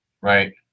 Right